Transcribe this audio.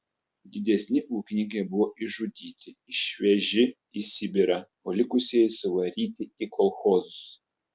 didesni ūkininkai buvo išžudyti išveži į sibirą o likusieji suvaryti į kolchozus